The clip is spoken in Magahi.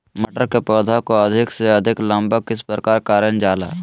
मटर के पौधा को अधिक से अधिक लंबा किस प्रकार कारण जाला?